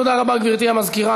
תודה רבה, גברתי המזכירה.